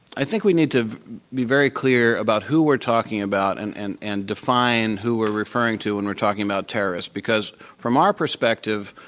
think we need to be very clear about who we're talking about and and and define who we're referring to when we're talking about terrorists because from our perspective,